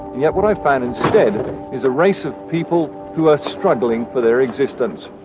yet what i find instead is a race of people who are struggling for their existence.